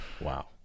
Wow